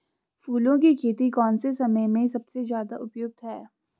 फूलों की खेती कौन से समय में सबसे ज़्यादा उपयुक्त है?